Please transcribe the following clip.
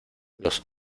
los